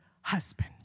husband